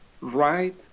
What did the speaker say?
right